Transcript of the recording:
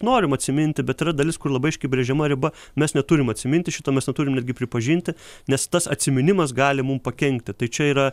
norim atsiminti bet yra dalis kur labai aiškiai brėžiama riba mes neturim atsiminti šito mes neturim netgi pripažinti nes tas atsiminimas gali mum pakenkti tai čia yra